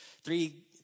three